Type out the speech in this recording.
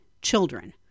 Children